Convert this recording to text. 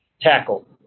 tackle